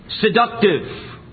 seductive